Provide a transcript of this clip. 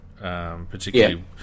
particularly